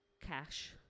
cash